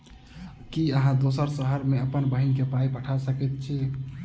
की अहाँ दोसर शहर सँ अप्पन बहिन केँ पाई पठा सकैत छी?